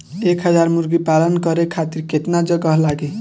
एक हज़ार मुर्गी पालन करे खातिर केतना जगह लागी?